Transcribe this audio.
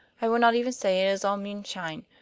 i will not even say it is all moonshine,